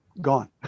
gone